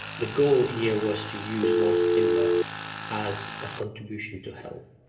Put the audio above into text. the goal here was to use mass timber as a contribution to health.